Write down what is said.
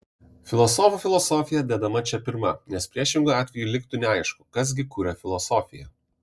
filosofų filosofija dedama čia pirma nes priešingu atveju liktų neaišku kas gi kuria filosofiją